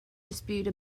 dispute